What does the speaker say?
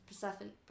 Persephone